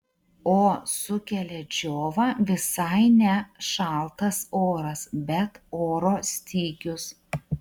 o sukelia džiovą visai ne šaltas oras bet oro stygius